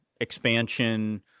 expansion